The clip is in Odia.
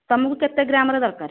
ତୁମକୁ କେତେ ଗ୍ରାମ୍ର ଦରକାର